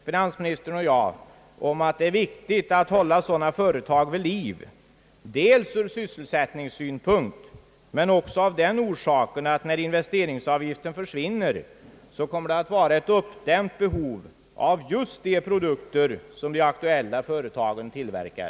Finansministern och jag är säkert överens om att det är viktigt att hålla dessa företag vid liv dels ur sysselsättningssynpunkt, dels av den orsaken att det när investeringsavgiften försvinner kommer att föreligga ett uppdämt behov av just de produkter, som de aktuella företagen tillverkar.